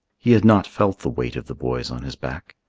he had not felt the weight of the boys on his back.